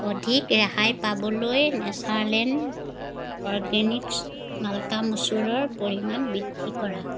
অধিক ৰেহাই পাবলৈ নেচাৰ লেণ্ড অ'ৰগেনিক্ছ মাল্কা মচুৰৰ পৰিমাণ বৃদ্ধি কৰা